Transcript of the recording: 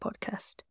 podcast